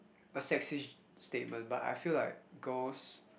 a sexist statement but I feel like girls